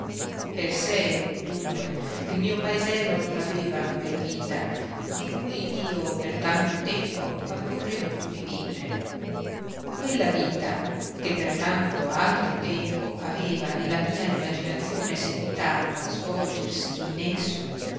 per sé dunque il mio paesello non aveva quella vita di cui io per tanto tempo avevo creduto di vivere quella vita che per tanto altro tempo aveva nella mia immaginazione seguitato a svolgersi in esso